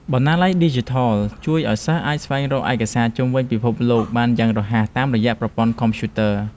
បណ្ណាល័យឌីជីថលជួយឱ្យសិស្សអាចស្វែងរកឯកសារពីជុំវិញពិភពលោកបានយ៉ាងរហ័សតាមរយៈប្រព័ន្ធកុំព្យូទ័រ។